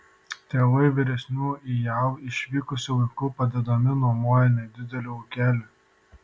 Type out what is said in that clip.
tėvai vyresnių į jav išvykusių vaikų padedami nuomojo nedidelį ūkelį